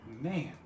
Man